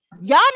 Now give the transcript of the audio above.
y'all